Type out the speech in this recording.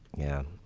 yeah.